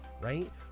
right